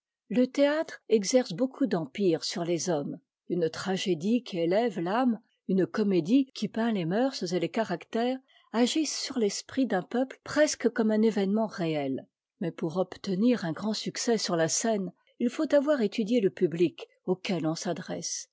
le théâtre exercé beaucoup d'empire sur les hommes une tragédie qui é ève i'âme une comédie qui peint les mœurs et les caractères agissent sur l'esprit d'un peuple presque comme un événement rée mais pour obtenir un grand succès sur la scène il faut avoir étudie le public auquel on s'adresse